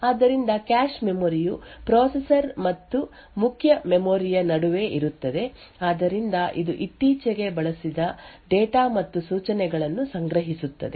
ಆದ್ದರಿಂದ cache memory ಯು processor ಮತ್ತು ಮುಖ್ಯ ಮೆಮೊರಿ ಯ ನಡುವೆ ಇರುತ್ತದೆ ಆದ್ದರಿಂದ ಇದು ಇತ್ತೀಚೆಗೆ ಬಳಸಿದ ಡೇಟಾ ಮತ್ತು ಸೂಚನೆಗಳನ್ನು ಸಂಗ್ರಹಿಸುತ್ತದೆ